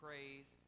Praise